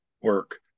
work